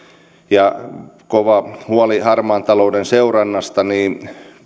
ja on kova huoli harmaan talouden seurannasta niin